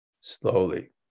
slowly